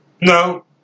No